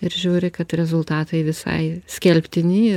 ir žiūri kad rezultatai visai skelbtini